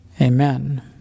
amen